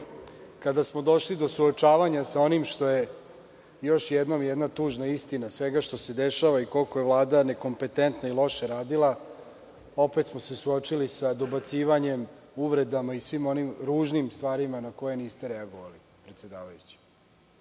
kada smo došli do suočavanja sa onim što je još jednom jedna tužna istina svega što se dešava i koliko je Vlada nekompetentno i loše radila, opet smo se suočili sa dobacivanjem, uvredama i svim onim ružnim stvarima na koje niste reagovali predsedavajući. Jedan